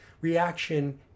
Reaction